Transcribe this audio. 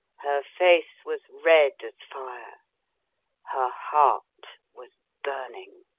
her face was red as fire her heart was burning.